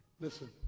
Listen